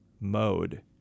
mode